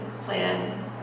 plan